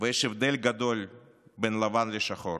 ויש הבדל גדול בין לבן לשחור.